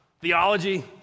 theology